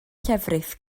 llefrith